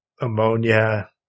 ammonia